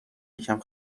یکم